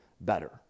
better